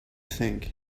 think